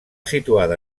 situada